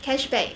cashback